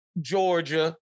Georgia